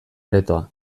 aretoa